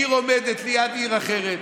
עיר עומדת ליד עיר אחרת,